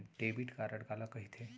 Debit card काला कहिथे?